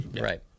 Right